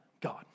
God